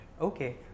okay